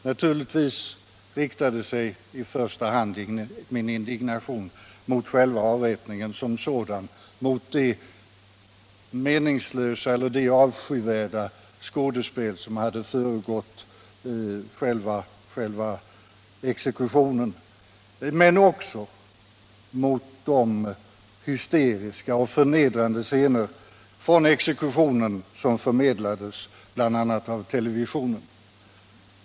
Naturligtvis riktade sig i första hand min indignation mot avrättningen som sådan och mot det meningslösa och avskyvärda skådespel som hade föregått själva exekutionen men också mot de hysteriska och förnedrande scener från denna som förmedlades bl.a. av televisionen.